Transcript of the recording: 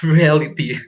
reality